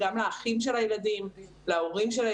לילדים, גם לאחים של הילדים ולהורים.